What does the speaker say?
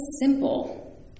simple